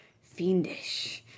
fiendish